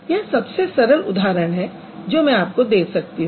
यह सबसे सरल उदाहरण है जो मैं आपको दे सकती हूँ